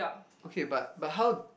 okay but how how